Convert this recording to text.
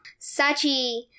Sachi